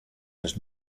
does